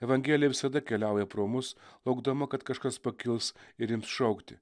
evangelija visada keliauja pro mus laukdama kad kažkas pakils ir ims šaukti